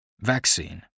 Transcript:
Vaccine